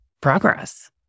progress